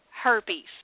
herpes